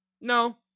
No